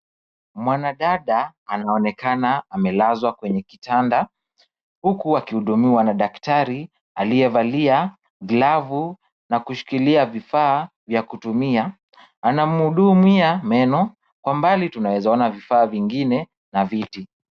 Mwanadada anaonekana amelezwa kwenye kitanda huku akihudumiwa na daktari aliyevalia glavu na kushikilia vifaa vya kutumia. Anamhudumia meno. Kwa mbali tunaweza kuona vifaa vingine na viti.